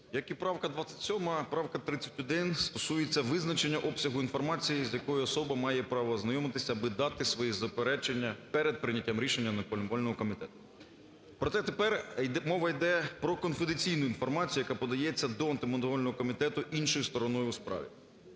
Як і правка 27, правка 31 стосується визначення обсягу інформації, з якою особа має право ознайомитися, аби дати свої заперечення перед прийняттям рішення Антимонопольного комітету. Проте тепер мова йде про конфіденційну інформацію, яка подається до Антимонопольного